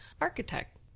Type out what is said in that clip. architect